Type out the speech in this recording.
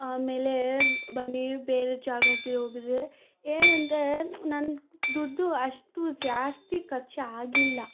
ಆಮೇಲೆ ಬನಿ ಬೇರೆ ಜಾಗಕ್ಕೆ ಹೋಗಿದ್ದೆ ಏನಂದರೆ ನನ್ನ ದುಡ್ಡು ಅಷ್ಟು ಜಾಸ್ತಿ ಖರ್ಚಾಗಿಲ್ಲ